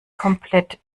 komplett